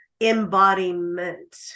embodiment